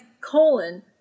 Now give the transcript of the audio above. colon